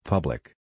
Public